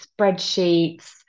spreadsheets